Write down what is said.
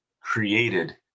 created